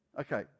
Okay